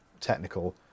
technical